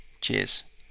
Cheers